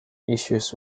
issues